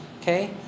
Okay